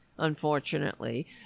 unfortunately